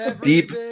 deep